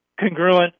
congruent